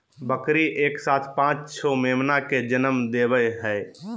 बकरी एक साथ पांच छो मेमना के जनम देवई हई